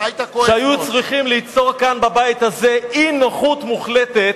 שהיו צריכים ליצור כאן בבית הזה אי-נוחות מוחלטת,